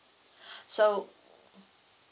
so